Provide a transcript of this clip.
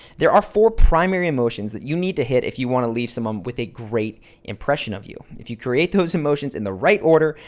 there are four primary emotions that you need to hit if you want to leave someone with a great impression of you. if you create those emotions in the right order,